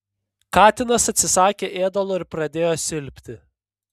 katinas atsisakė ėdalo ir pradėjo silpti